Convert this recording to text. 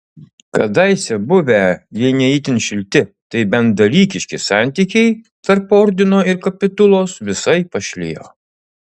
kadaise buvę jei ne itin šilti tai bent dalykiški santykiai tarp ordino ir kapitulos visai pašlijo